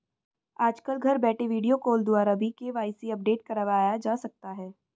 आजकल घर बैठे वीडियो कॉल द्वारा भी के.वाई.सी अपडेट करवाया जा सकता है